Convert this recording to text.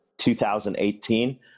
2018